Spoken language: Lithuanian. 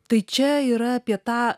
tai čia yra apie tą